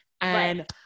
And-